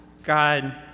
God